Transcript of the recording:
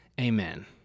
Amen